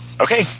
Okay